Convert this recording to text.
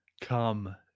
Come